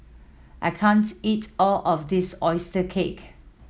I can't eat all of this oyster cake